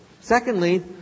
Secondly